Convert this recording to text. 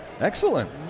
Excellent